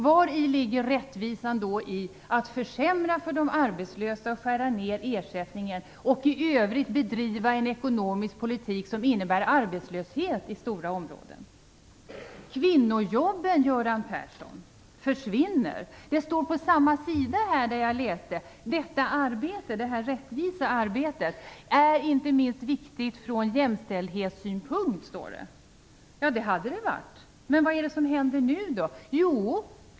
Vari ligger rättvisan när man i det läget försämrar för de arbetslösa och skär ned ersättningen och i övrigt bedriver en ekonomisk politik som innebär arbetslöshet i stora områden? Kvinnojobben, Göran Persson, försvinner. På samma sida i propositionen som jag tidigare läste ur står också om det rättvisa arbetet. "Detta arbete är inte minst viktigt från jämställdhetssynpunkt." Det hade det varit. Men vad händer nu?